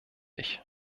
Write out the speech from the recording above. ich